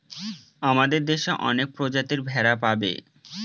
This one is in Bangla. আমাদের দেশে অনেক প্রজাতির ভেড়া পাবে